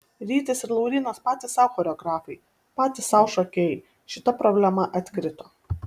rytis ir laurynas patys sau choreografai patys sau šokėjai šita problema atkrito